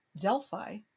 Delphi